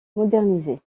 modernisée